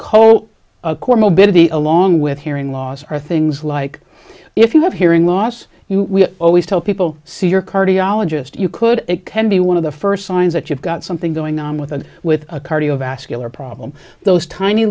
mobility along with hearing loss are things like if you have hearing loss you always tell people see your cardiologist you could it can be one of the first signs that you've got something going on with a with a cardiovascular problem those tiny